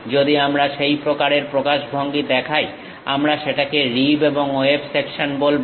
যদি আমরা সেই প্রকারের প্রকাশভঙ্গি দেখাই আমরা সেটাকে রিব এবং ওয়েব সেকশন বলবো